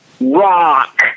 Rock